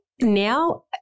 now